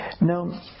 Now